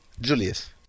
Julius